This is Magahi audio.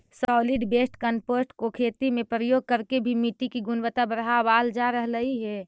सॉलिड वेस्ट कंपोस्ट को खेती में प्रयोग करके भी मिट्टी की गुणवत्ता बढ़ावाल जा रहलइ हे